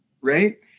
Right